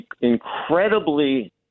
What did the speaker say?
incredibly